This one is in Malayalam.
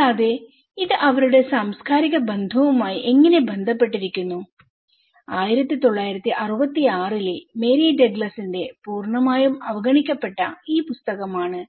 കൂടാതെ ഇത് അവരുടെ സാംസ്കാരിക ബന്ധവുമായി എങ്ങനെ ബന്ധപ്പെട്ടിരിക്കുന്നു 1966 ലെ മേരി ഡഗ്ലസ് ന്റെ പൂർണ്ണമായും അവഗണിക്കപ്പെട്ട ഈ പുസ്തകമാണ്